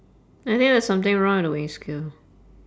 I think there's something wrong with the weighing scale